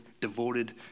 devoted